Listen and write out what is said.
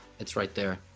it's right there